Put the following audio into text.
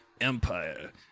empire